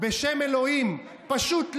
בשם אלוהים, פשוט לך.